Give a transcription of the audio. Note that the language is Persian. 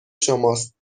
شماست